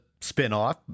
spinoff